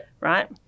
right